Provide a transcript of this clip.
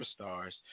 superstars